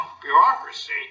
bureaucracy